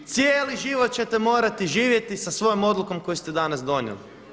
Cijeli život ćete morati živjeti sa svojom odlukom koju ste danas donijeli.